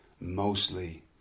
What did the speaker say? mostly